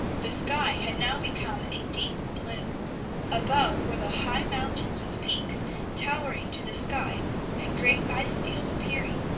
the sky had now become a deep blue above were the high mountains with peaks towering to the sky and great ice-fields appearing,